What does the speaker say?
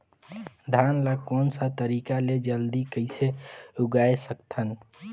धान ला कोन सा तरीका ले जल्दी कइसे उगाय सकथन?